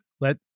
Let